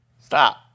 Stop